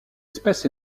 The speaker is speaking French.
espèce